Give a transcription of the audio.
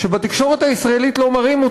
שבתקשורת הישראלית לא מראים,